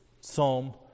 Psalm